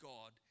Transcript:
God